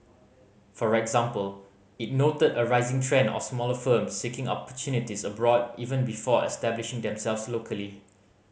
for example it noted a rising trend of smaller firms seeking opportunities abroad even before establishing themselves locally